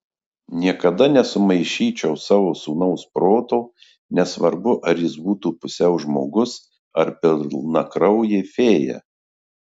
niekada nesumaišyčiau savo sūnaus proto nesvarbu ar jis būtų pusiau žmogus ar pilnakraujė fėja